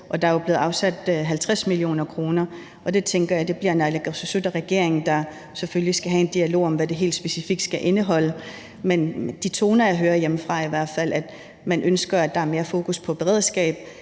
tænker jeg, at det bliver naalakkersuisut og regeringen, der selvfølgelig skal have en dialog om, hvad det helt specifikt skal indeholde. Men de toner, jeg hører hjemmefra, er i hvert fald, at man ønsker, at der er mere fokus på beredskab